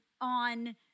on